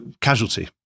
casualty